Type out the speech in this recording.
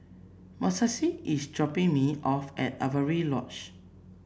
Montserrat is dropping me off at Avery Lodge